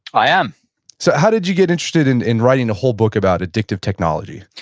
i am so how did you get interested in in writing a whole book about addictive technology?